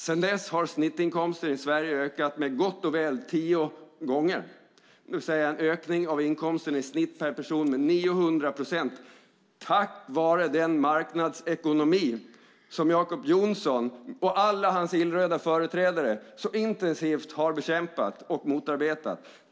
Sedan dess har snittinkomsten i Sverige ökat med gott och väl tio gånger, det vill säga att snittinkomsten per person har ökat med 900 procent, tack vare den marknadsekonomi som Jacob Johnson och alla hans illröda partikamrater så intensivt har bekämpat och motarbetat.